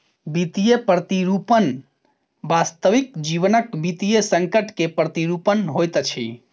वित्तीय प्रतिरूपण वास्तविक जीवनक वित्तीय संकट के प्रतिरूपण होइत अछि